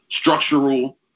structural